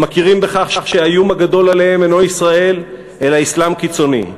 הם מכירים בכך שהאיום הגדול עליהם אינו ישראל אלא אסלאם קיצוני.